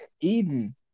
Eden